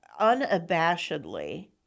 unabashedly